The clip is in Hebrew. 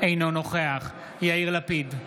אינו נוכח יאיר לפיד,